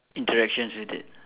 interactions with it